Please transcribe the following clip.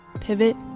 Pivot